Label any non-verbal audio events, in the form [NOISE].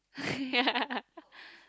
yeah [LAUGHS]